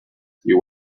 you